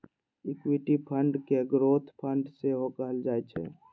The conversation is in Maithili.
इक्विटी फंड कें ग्रोथ फंड सेहो कहल जाइ छै